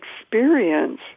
experience